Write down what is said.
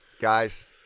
Guys